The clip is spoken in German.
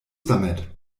damit